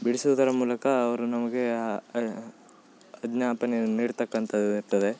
ಬಿಡಿಸುವುದರ ಮೂಲಕ ಅವರು ನಮಗೆ ನೀಡ್ತಕ್ಕಂಥದ್ದು ಇರ್ತದೆ